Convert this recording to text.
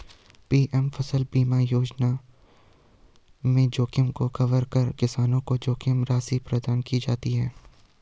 PM फसल बीमा योजना में जोखिम को कवर कर किसान को जोखिम राशि प्रदान की जाती है